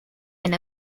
and